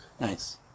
Nice